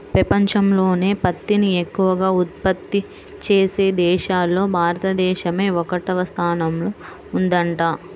పెపంచంలోనే పత్తిని ఎక్కవగా ఉత్పత్తి చేసే దేశాల్లో భారతదేశమే ఒకటవ స్థానంలో ఉందంట